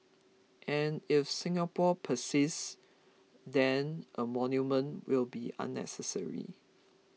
and if Singapore persists then a monument will be unnecessary